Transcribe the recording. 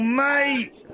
mate